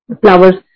flowers